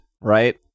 Right